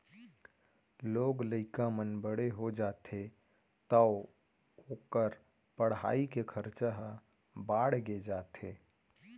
लोग लइका मन बड़े हो जाथें तौ ओकर पढ़ाई के खरचा ह बाड़गे जाथे